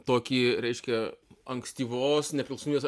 tokį reiškia ankstyvos nepriklausomybės